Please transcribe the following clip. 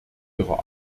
ihrer